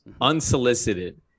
unsolicited